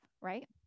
right